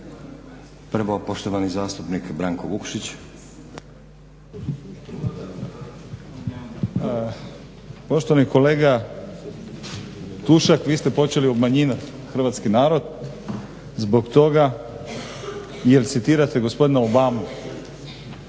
(Hrvatski laburisti - Stranka rada)** Poštovani kolega Tušak vi ste počeli obmanjivat hrvatski narod zbog toga je citirate gospodina Obamu.